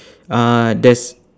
uh there's